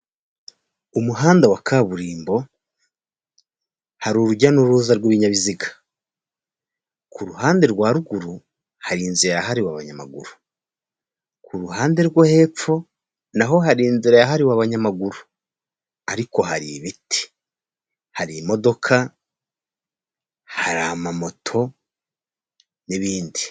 Umuhanda wa kaburimbo hari urujya n'uruza rw'ibinyabiziga, ku ruhande rwa ruguru hari inzira yahariwe abanyamaguru, ku ruhande rwo hepfo naho hari inzira yahariwe abanyamaguru ariko hari ibiti hari imodoka hari amamoto n'ibindi.